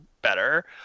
better